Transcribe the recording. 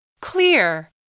Clear